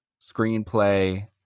Screenplay